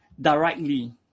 directly